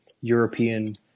European